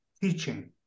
teaching